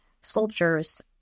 sculptures